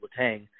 Latang